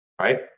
right